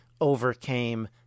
overcame